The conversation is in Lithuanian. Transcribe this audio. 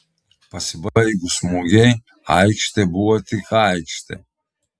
pasibaigus mugei aikštė buvo tik aikštė